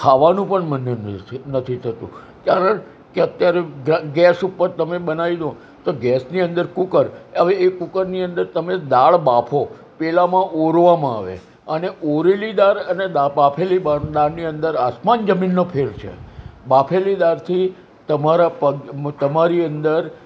ખાવાનું પણ મન નથી થતું કારણ કે અત્યારે ગેસ ઉપર તમે બનાવી દો તો ગેસની અંદર કુકર હવે એ કુકરની અંદર તમે દાળ બાફો પેલાંમાં ઓરવામાં આવે અને ઓરેલી દાળ અને બાફેલી દાળની અંદર આસમાન જમીનનો ફેર છે બાફેલી દાળથી તમારા પગ તમારી અંદર